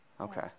Okay